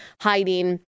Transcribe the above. hiding